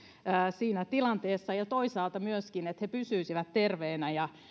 siinä tilanteessa ja toisaalta myöskin se että he pysyisivät terveinä ja